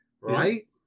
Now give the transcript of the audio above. right